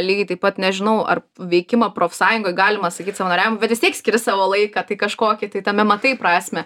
lygiai taip pat nežinau ar veikimą profsąjungoj galima sakyt savanoriavimu bet vis tiek skiri savo laiką tai kažkokį tai tame matai prasmę